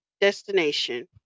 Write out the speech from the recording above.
destination